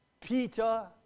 Peter